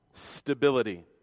stability